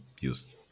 use